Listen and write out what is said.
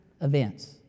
events